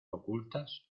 ocultas